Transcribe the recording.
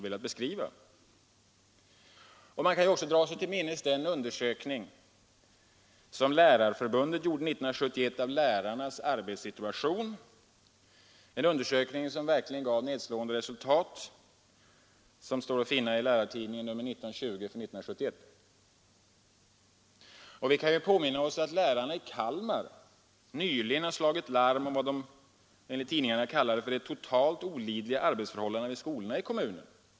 Vi kan också dra oss till minnes den undersökning som Lärarförbundet gjorde 1971 av lärarnas arbetssituation — en undersökning som verkligen gav nedslående resultat, såsom står att finna i Lärartidningen nr 19—20 för år 1971. Och vi kan påminna oss att lärarna i Kalmar nyligen har slagit larm om vad de enligt tidningarna kallar de totalt olidliga arbetsförhållandena vid skolorna i kommunen.